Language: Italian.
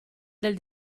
del